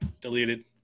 deleted